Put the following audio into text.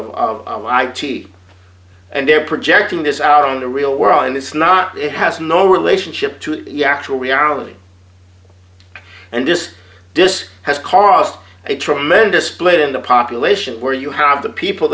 of t v and they're projecting this out on the real world and it's not it has no relationship to it yeah actual reality and this disk has cost a tremendous split in the population where you have the people